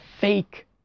fake